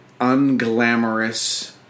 unglamorous